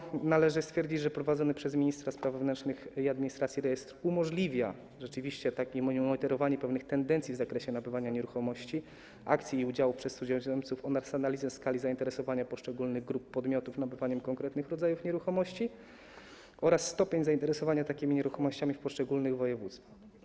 Podsumowując, należy stwierdzić, że prowadzony przez ministra spraw wewnętrznych i administracji rejestr umożliwia rzeczywiście monitorowanie pewnych tendencji w zakresie nabywania nieruchomości, akcji i udziałów przez cudzoziemców oraz analizę skali zainteresowania poszczególnych grup podmiotów nabywaniem konkretnych rodzajów nieruchomości oraz stopień zainteresowania takimi nieruchomościami w poszczególnych województwach.